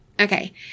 Okay